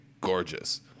gorgeous